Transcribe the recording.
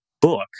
book